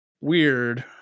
weird